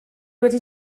wedi